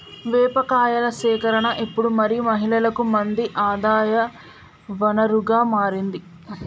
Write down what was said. వేప కాయల సేకరణ ఇప్పుడు మహిళలు మంది ఆదాయ వనరుగా మారింది